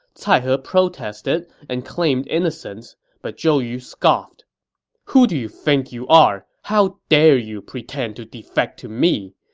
cai he protested and claimed innocence, but zhou yu scoffed who do you think you are? how dare you pretend to defect to me?